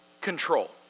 control